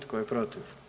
Tko je protiv?